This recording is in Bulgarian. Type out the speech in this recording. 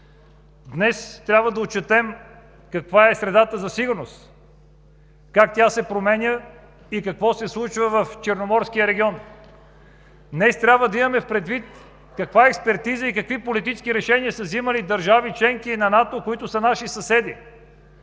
Днес трябва да отчетем каква е средата за сигурност, как тя се променя и какво се случва в Черноморския регион. Днес трябва да имаме предвид каква експертиза и какви политически решения са вземали държави – членки на НАТО, които са наши съседи.